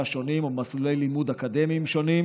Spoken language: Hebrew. שונים או מסלולי לימוד אקדמיים שונים,